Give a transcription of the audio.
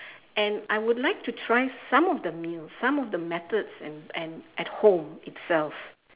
and I would like to try some of the meals some of the methods and and at home itself